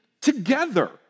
together